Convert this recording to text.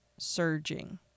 Surging